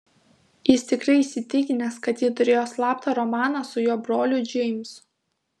jis tikrai įsitikinęs kad ji turėjo slaptą romaną su jo broliu džeimsu